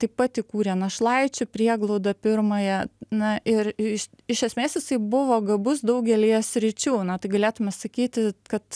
taip pat įkūrė našlaičių prieglaudą pirmąją na ir iš iš esmės jisai buvo gabus daugelyje sričių na tai galėtume sakyti kad